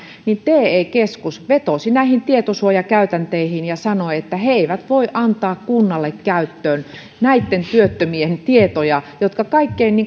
mutta te keskus vetosi tietosuojakäytänteihin ja sanoi että he eivät voi antaa kunnalle käyttöön näitten työttömien tietoja jotka kaikkein